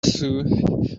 sue